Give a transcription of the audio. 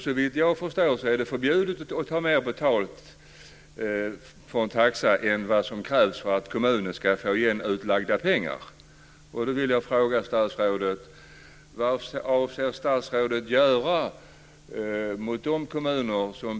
Såvitt jag förstår är det förbjudet att ta ut en högre taxa än vad som krävs för att kommunen ska få igen utlagda pengar. Fru talman!